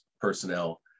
personnel